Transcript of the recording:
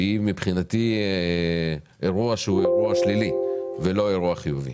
שהיא מבחינתי אירוע שלילי ולא חיובי?